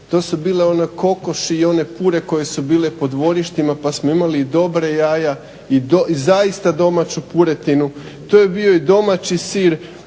To su bile one kokoši i one pure koje su bile po dvorištima pa smo imali i dobra jaja i zaista domaću puretinu. To je bio i domaći sir,